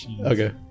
Okay